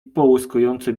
połyskujące